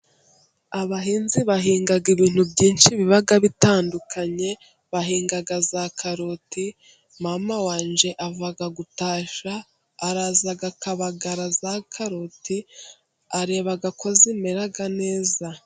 Abahinzi bahinga ibintu byinshi biba bitandukanye bahinga za karoti. Mama wanjye ava gutashya araza akabagara za karoti areba ko zimeze neza.